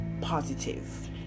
positive